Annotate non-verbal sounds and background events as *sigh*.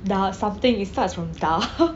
da something it starts from da~ *noise*